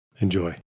Enjoy